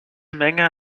menge